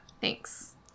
Thanks